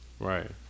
right